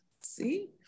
See